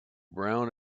brown